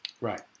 Right